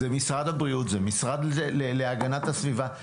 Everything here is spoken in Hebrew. זה משרד הבריאות, זה המשרד להגנת הסביבה.